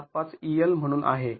७५ EL म्हणून आहे